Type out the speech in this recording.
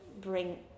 bring